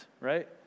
right